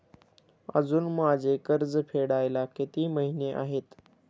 अजुन माझे कर्ज फेडायला किती महिने आहेत?